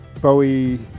Bowie